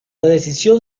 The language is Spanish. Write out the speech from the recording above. decisión